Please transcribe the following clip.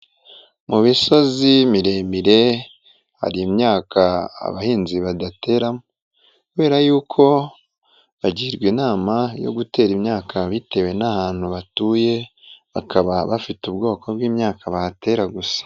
Mu misozi miremire hari imyaka abahinzi badateramo, kubera y'uko bagirwa inama yo gutera imyaka bitewe n'ahantu batuye, bakaba bafite ubwoko bw'imyaka bahatera gusa.